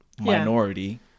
minority